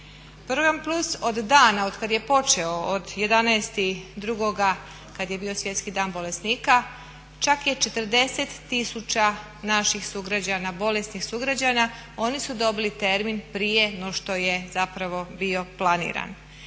Program plus od dana od kad je počeo od 11.2. kad je bio Svjetski dan bolesnika čak je i 40 tisuća naših sugrađana, bolesnih sugrađana oni su dobili termin prije no što je zapravo bio planiran.